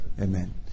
amen